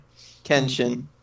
Kenshin